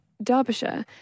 Derbyshire